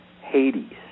Hades